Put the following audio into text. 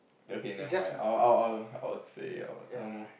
okay never mind I'll I'll I'll say it out um